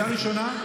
מה זה משנה?